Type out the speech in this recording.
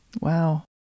Wow